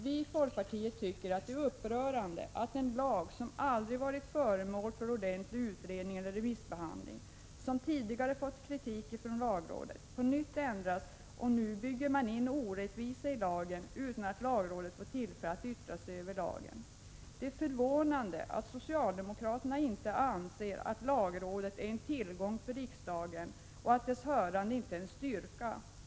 Vi i folkpartiet tycker att det är upprörande att en lag som aldrig varit föremål för ordentlig utredning eller remissbehandling och som tidigare fått kritik från lagrådet på nytt ändras, och nu bygger man in en orättvisa i lagen utan att lagrådet fått tillfälle att yttra sig över lagen. Det är förvånande att socialdemokraterna inte anser att lagrådet är en tillgång för riksdagen och dess hörande en styrka.